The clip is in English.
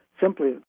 Simply